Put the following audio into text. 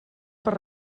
per